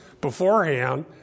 beforehand